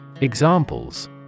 Examples